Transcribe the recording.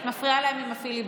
את מפריעה להם עם הפיליבסטר.